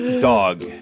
dog